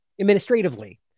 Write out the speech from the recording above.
administratively